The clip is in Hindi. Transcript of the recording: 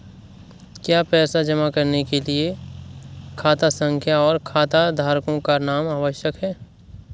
क्या पैसा जमा करने के लिए खाता संख्या और खाताधारकों का नाम आवश्यक है?